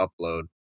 upload